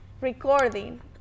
recording